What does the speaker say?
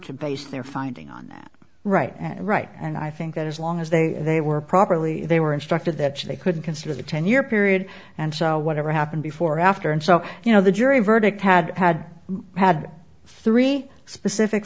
to base their finding on that right right and i think that as long as they they were properly they were instructed that they couldn't consider the ten year period and so whatever happened before after and so you know the jury verdict had had had three specific